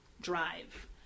drive